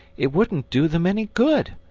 it wouldn't do them any good.